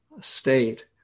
state